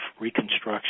reconstruction